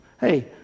Hey